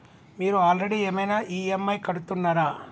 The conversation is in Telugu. మీరు ఆల్రెడీ ఏమైనా ఈ.ఎమ్.ఐ కడుతున్నారా?